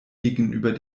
gegenüber